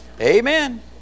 Amen